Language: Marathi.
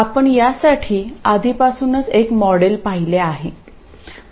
आपण यासाठी आधीपासूनच एक मॉडेल पाहिले आहे